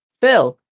Phil